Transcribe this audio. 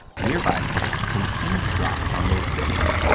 nearby plants can eavesdrop on those signals,